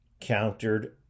countered